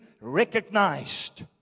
recognized